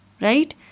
Right